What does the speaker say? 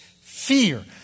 fear